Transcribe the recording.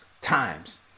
times